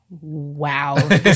wow